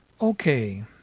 Okay